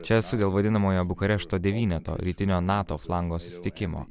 čia esu dėl vadinamojo bukarešto devyneto rytinio nato flango susitikimo